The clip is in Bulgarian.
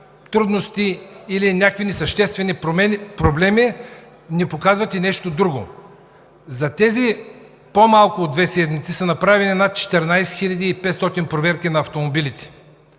трудности или някакви несъществени проблеми, ни показват и нещо друго. За тези по-малко от две седмици са направени над 14 500 проверки на автомобилите.